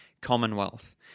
commonwealth